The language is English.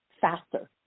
faster